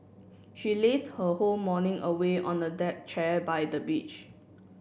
she lazed her whole morning away on a deck chair by the beach